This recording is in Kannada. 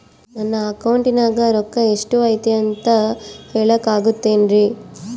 ನನ್ನ ಅಕೌಂಟಿನ್ಯಾಗ ರೊಕ್ಕ ಎಷ್ಟು ಐತಿ ಅಂತ ಹೇಳಕ ಆಗುತ್ತೆನ್ರಿ?